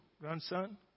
grandson